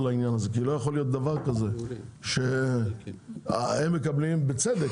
לעניין הזה כי לא יכול להיות דבר כזה שהם מקבלים בצדק,